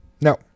No